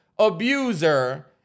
abuser